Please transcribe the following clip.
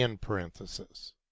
parenthesis